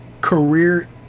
career